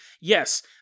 Yes